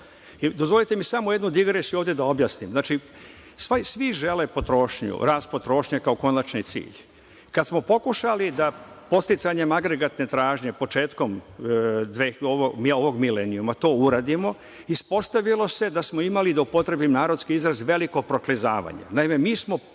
značajno. Dozvolite mi samo jednu digresiju ovde da objasnim. Svi žele potrošnju, rast potrošnje, kao konačni cilj. Kada smo pokušali da podsticanjem agregatne tražnje, početkom ovog milenijuma, to uradimo, ispostavilo se da smo imali, da upotrebim narodski izraz veliko proklizavanje.